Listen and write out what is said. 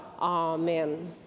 Amen